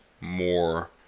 more